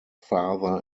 father